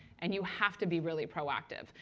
and you have to be really proactive.